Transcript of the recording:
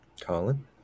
Colin